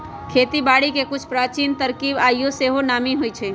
खेती बारिके के कुछ प्राचीन तरकिब आइयो सेहो नामी हइ